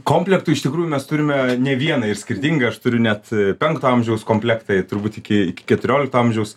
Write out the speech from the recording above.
komplektų iš tikrųjų mes turime ne vieną ir skirtingą aš turiu net penkto amžiaus komplektai turbūt iki keturiolikto amžiaus